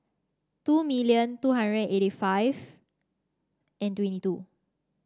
two million two hundred eighty five and twenty two